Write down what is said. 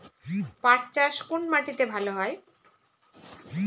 পাট চাষ কোন মাটিতে ভালো হয়?